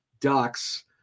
Ducks